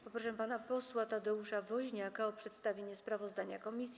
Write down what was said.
Poproszę pana posła Tadeusza Woźniaka o przedstawienie sprawozdania komisji.